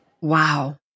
Wow